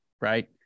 right